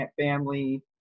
family